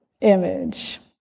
image